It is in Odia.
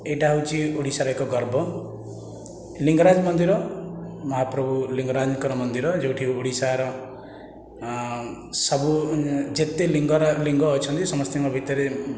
ଏହିଟା ହେଉଛି ଓଡ଼ିଶାର ଏକ ଗର୍ବ ଲିଙ୍ଗରାଜ ମନ୍ଦିର ମହାପ୍ରଭୁ ଲିଙ୍ଗରାଜଙ୍କର ମନ୍ଦିର ଯେଉଁଠି ଓଡ଼ିଶାର ସବୁ ଯେତେ ଲିଙ୍ଗରା ଲିଙ୍ଗ ଅଛନ୍ତି ସମସ୍ତିଙ୍କ ଭିତରେ